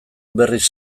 berriz